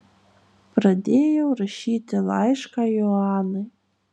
pradėjau rašyti laišką joanai